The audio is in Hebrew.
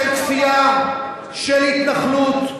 כפייה, של התנחלות,